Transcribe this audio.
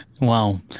Wow